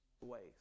ways